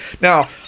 now